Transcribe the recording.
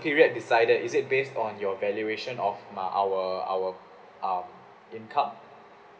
period decided is it based on your valuation of my our our um income